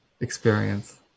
experience